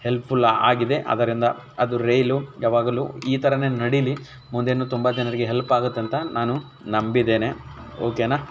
helpful ಆಗಿದೆ ಅದರಿಂದ ಅದು ರೈಲು ಯಾವಾಗಲು ಈ ಥರವೇ ನಡೀಲಿ ಮುಂದೆಯೂ ತುಂಬ ಜನರಿಗೆ ಹೆಲ್ಪ್ ಆಗುತ್ತಂತ ನಾನು ನಂಬಿದ್ದೇನೆ ಓಕೆನಾ